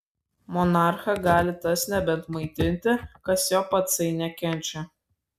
monarchą gali tas nebent maitinti kas jo patsai nekenčia